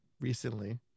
recently